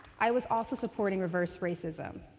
i was also supporting reverse racism.